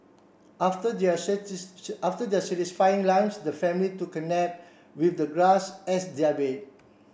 after their after their satisfying lunch the family took a nap with the grass as their bed